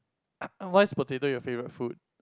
why's potato your favorite food